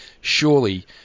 surely